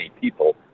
people